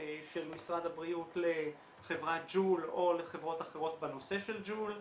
של משרד הבריאות לחברת ג'ול או לחברות אחרות בנושא של ג'ול.